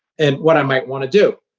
and what i might want to do.